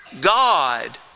God